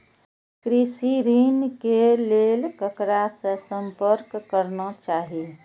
कृषि ऋण के लेल ककरा से संपर्क करना चाही?